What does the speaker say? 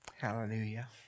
Hallelujah